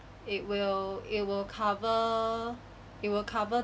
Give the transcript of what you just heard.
it will it will cover it will cover